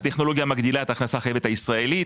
היא מגדילה את ההכנסה החייבת הישראלית,